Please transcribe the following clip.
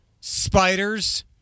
spiders